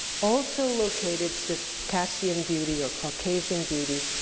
also located circassian beauty, or caucasian beauty,